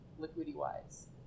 liquidy-wise